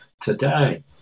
today